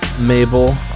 Mabel